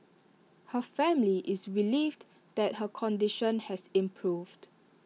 her family is relieved that her condition has improved